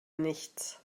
nichts